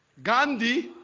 gandhi